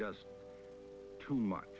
just too much